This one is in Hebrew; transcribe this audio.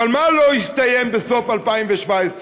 אבל מה לא יסתיים בסוף 2017?